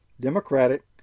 democratic